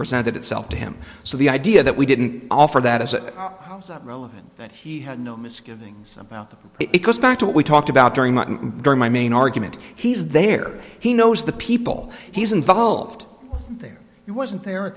presented itself to him so the idea that we didn't offer that as a relevant that he had no misgivings about them it goes back to what we talked about during my during my main argument he's there he knows the people he's involved there he wasn't there at